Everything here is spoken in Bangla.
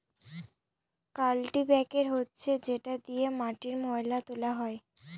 কাল্টিপ্যাকের হচ্ছে যেটা দিয়ে মাটির ময়লা তোলা হয়